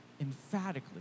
emphatically